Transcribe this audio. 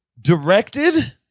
directed